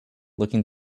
looking